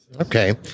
Okay